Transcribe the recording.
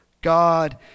God